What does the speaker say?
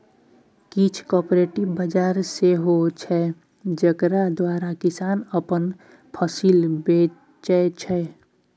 किछ कॉपरेटिव बजार सेहो छै जकरा द्वारा किसान अपन फसिल बेचै छै